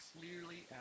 clearly